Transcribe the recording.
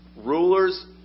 rulers